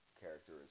character